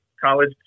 college